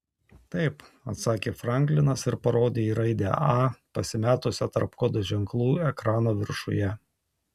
taip atsakė franklinas ir parodė į raidę a pasimetusią tarp kodo ženklų ekrano viršuje